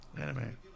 Anime